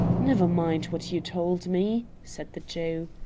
never mind what you told me, said the jew.